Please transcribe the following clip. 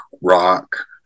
rock